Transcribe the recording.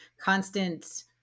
constant